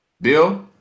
Bill